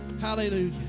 Hallelujah